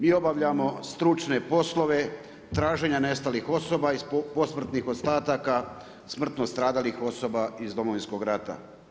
Mi obavljamo stručne poslove traženja nestalih osoba iz posmrtnih ostataka smrtno stradalih osoba iz Domovinskog rata.